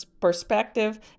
perspective